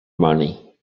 money